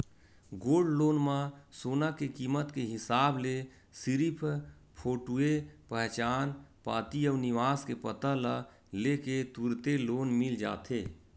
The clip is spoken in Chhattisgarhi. गोल्ड लोन म सोना के कीमत के हिसाब ले सिरिफ फोटूए पहचान पाती अउ निवास के पता ल ले के तुरते लोन मिल जाथे